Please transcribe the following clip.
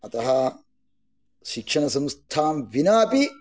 अतः शिक्षणसंस्थां विनापि